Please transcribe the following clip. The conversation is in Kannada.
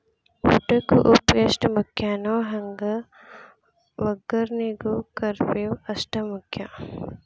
ಊಟಕ್ಕ ಉಪ್ಪು ಎಷ್ಟ ಮುಖ್ಯಾನೋ ಹಂಗ ವಗ್ಗರ್ನಿಗೂ ಕರ್ಮೇವ್ ಅಷ್ಟ ಮುಖ್ಯ